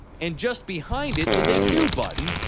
and just behind it is a new button,